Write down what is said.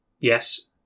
Yes